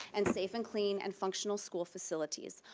and safe and clean and functional school facilities.